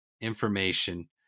information